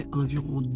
environ